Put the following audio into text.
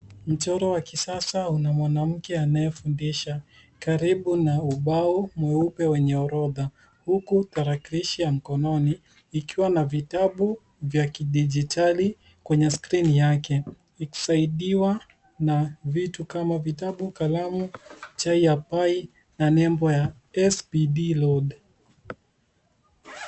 Mchoro wa kisasa una mwanamke anayefundisha karibu na ubao mweupe wenye orodha huku tarakilishi ya mkononi ikiwa na vitabu vya kidijitali kwenye skrini yake ikisaidiwa na vitu kama vitabu, kalamu, chai ya pai na nembo ya SBD Load .